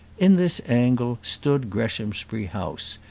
in this angle stood greshamsbury house,